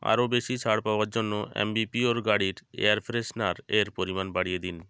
আরও বেশি ছাড় পাওয়ার জন্য আ্যম্বিপিওর গাড়ির এয়ার ফ্রেশনার এর পরিমাণ বাড়িয়ে দিন